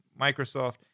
Microsoft